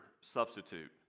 substitute